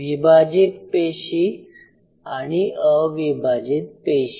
विभाजित पेशी आणि अविभाजित पेशी